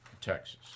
Texas